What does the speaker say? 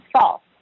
false